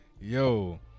Yo